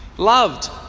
loved